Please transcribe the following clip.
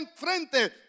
frente